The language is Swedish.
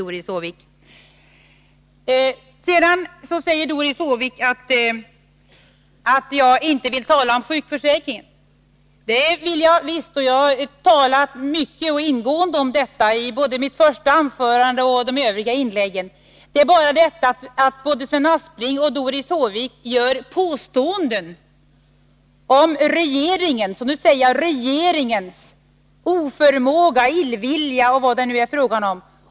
Doris Håvik säger att jag inte vill tala om sjukförsäkringen. Det vill jag visst. Jag talade mycket och ingående om detta både i mitt första anförande och i de övriga inläggen. Men både Sven Aspling och Doris Håvik gör påståenden om regeringens — och nu säger jag regeringens — oförmåga, illvilja och vad det nu är fråga om.